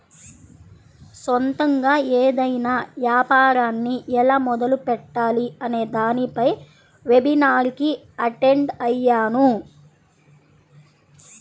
సొంతగా ఏదైనా యాపారాన్ని ఎలా మొదలుపెట్టాలి అనే దానిపై వెబినార్ కి అటెండ్ అయ్యాను